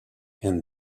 and